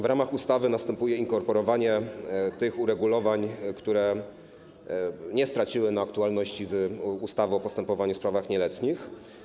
W ramach projektu ustawy następuje inkorporowanie tych uregulowań, które nie straciły na aktualności, z ustawy o postępowaniu w sprawach nieletnich.